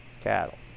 cattle